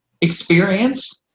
Experience